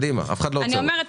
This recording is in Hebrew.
קדימה, אף אחד לא עוצר אותך.